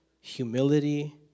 humility